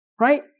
Right